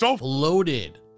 Loaded